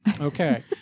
Okay